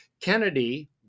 Kennedy